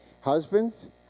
Husbands